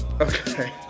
Okay